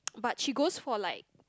but she goes for like